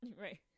Right